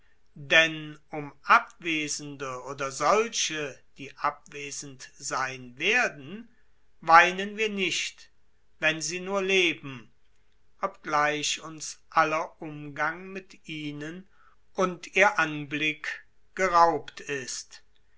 denn um abwesende oder solche die abwesend sein werden weinen wir nicht wenn sie nur leben obgleich uns aller umgang mit ihnen und ihr anblick geraubt ist